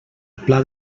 pla